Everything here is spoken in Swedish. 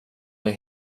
med